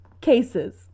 cases